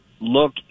Look